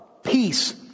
peace